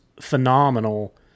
phenomenal